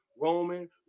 Roman